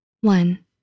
One